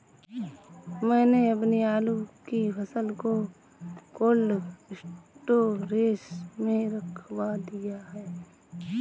मैंने अपनी आलू की फसल को कोल्ड स्टोरेज में रखवा दिया